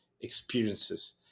experiences